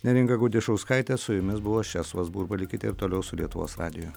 neringa gudišauskaitė su jumis buvo česlovas burba likite ir toliau su lietuvos radiju